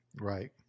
Right